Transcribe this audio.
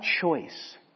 choice